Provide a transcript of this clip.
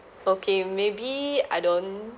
okay maybe I don't